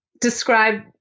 describe